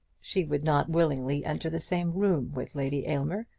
she would not willingly enter the same room with lady aylmer,